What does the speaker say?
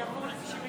לעבור ל-93.